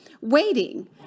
waiting